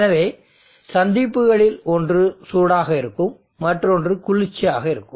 எனவே சந்திப்புகளில் ஒன்று சூடாக இருக்கும் மற்றொன்று குளிர்ச்சியாக இருக்கும்